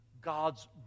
God's